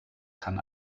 kann